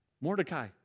Mordecai